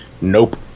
nope